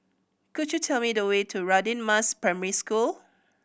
could you tell me the way to Radin Mas Primary School